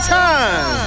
time